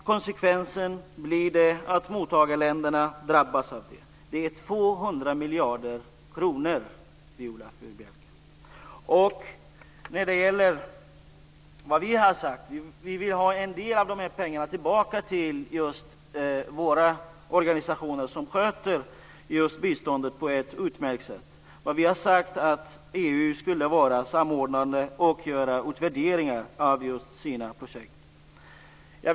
Konsekvensen blir att mottagarländerna drabbas av det. Det är Vi har sagt att en del av de här pengarna vill vi ha tillbaka till våra organisationer, som sköter biståndet på ett utmärkt sätt. Vi har sagt att EU ska vara samordnande och göra utvärderingar av sina projekt.